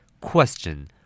Question